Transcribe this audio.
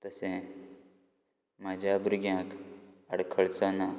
तशें म्हाज्या भुरग्यांक अडखळचें ना